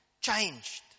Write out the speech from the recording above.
changed